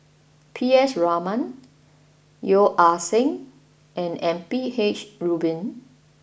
P S Raman Yeo Ah Seng and M P H Rubin